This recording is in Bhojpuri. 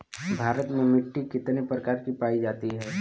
भारत में मिट्टी कितने प्रकार की पाई जाती हैं?